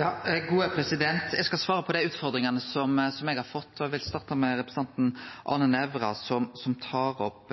Eg skal svare på dei utfordringane som eg har fått, og eg vil starte med representanten Arne Nævra, som tar opp